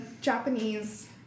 Japanese